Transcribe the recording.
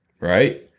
right